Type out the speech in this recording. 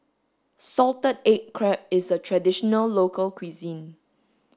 salted egg crab is a traditional local cuisine